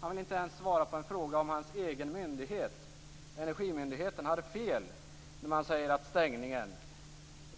Han vill inte ens svara på frågan om hans egen myndighet, energimyndigheten, hade fel när man säger att stängningen